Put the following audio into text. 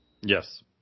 Yes